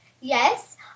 Yes